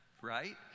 Right